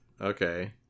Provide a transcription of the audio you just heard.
okay